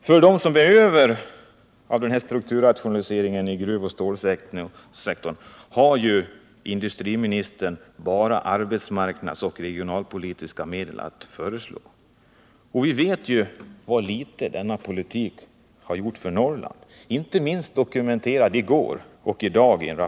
För dem som blir över efter denna strukturrationalisering av ståloch gruvsektorn har industriministern bara arbetsmarknadsoch regionalpolitiska medel att föreslå. Vi vet hur litet denna politik har betytt för Norrland. Detta har inte minst dokumenterats i en rapport som framlagts i dagarna.